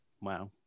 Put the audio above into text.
Wow